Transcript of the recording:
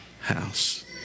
house